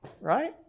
right